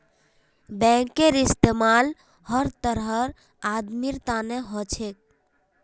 बैंकेर इस्तमाल हर तरहर आदमीर तने हो छेक